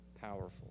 powerful